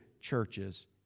churches